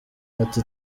ati